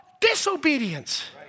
disobedience